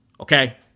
Okay